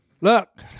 Look